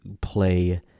play